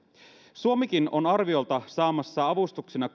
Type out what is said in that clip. suomikin on saamassa avustuksina